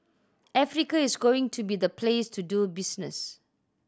Africa is going to be the place to do business